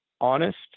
honest